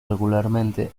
regularmente